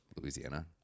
Louisiana